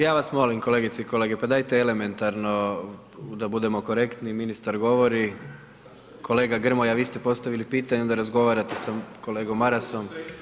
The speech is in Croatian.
ja vam kolegice i kolege, pa dajte elementarno da budemo korektni, ministar govori, kolega Grmoja vi ste postavili pitanje i onda razgovarate sa kolegom Marasom.